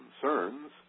concerns